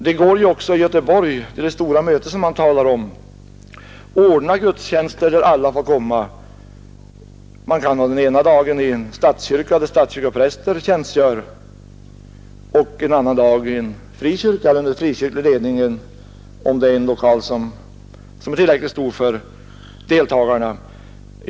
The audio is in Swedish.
Det går även i Göteborg, vid det stora möte som där skall hållas, att ordna gudstjänster till vilka alla får komma. Den ena dagen kan man hålla gudstjänst i en statskyrka där en statskyrkopräst tjänstgör, en annan dag i en frikyrka under frikyrklig ledning — om man har en tillräckligt stor lokal.